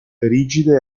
rigide